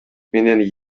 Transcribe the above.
менен